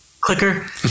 clicker